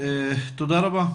תודה רבה.